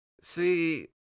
See